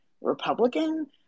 Republican